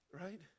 Right